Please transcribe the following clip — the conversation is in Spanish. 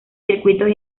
circuitos